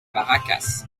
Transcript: barracas